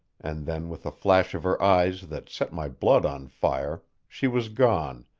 and then with a flash of her eyes that set my blood on fire she was gone,